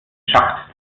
schacht